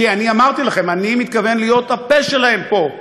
כי אני אמרתי לכם: אני מתכוון להיות הפה שלהם פה,